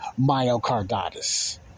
myocarditis